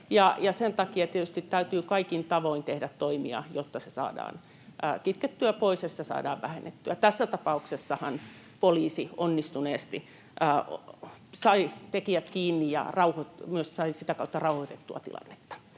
tietysti täytyy kaikin tavoin tehdä toimia, jotta se saadaan kitkettyä pois ja sitä saadaan vähennettyä. Tässä tapauksessahan poliisi onnistuneesti sai tekijät kiinni ja sai myös sitä kautta rauhoitettua tilannetta.